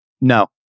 no